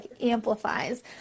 amplifies